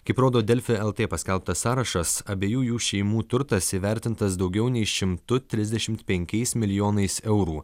kaip rodo delfi lt paskelbtas sąrašas abiejų jų šeimų turtas įvertintas daugiau nei šimtu trisdešimt penkiais milijonais eurų